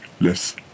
less